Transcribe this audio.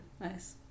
nice